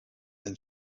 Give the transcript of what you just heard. and